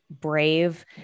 brave